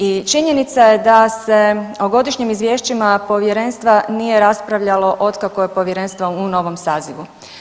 I činjenica je da se o godišnjim izvješćima povjerenstva nije raspravljalo otkako je povjerenstvo u novom sazivu.